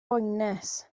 boenus